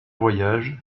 voyage